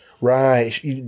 Right